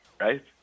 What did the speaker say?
right